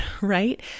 right